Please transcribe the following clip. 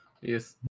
Yes